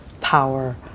power